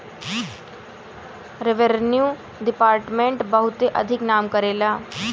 revenue department बहुते अधिक नाम करेला